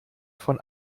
von